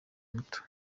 muto